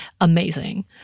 Amazing